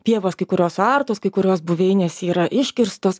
pievas kai kurios suartos kai kurios buveinės yra iškirstos